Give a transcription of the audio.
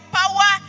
power